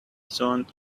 zoned